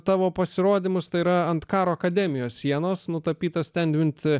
tavo pasirodymus tai yra ant karo akademijos sienos nutapytas stambinti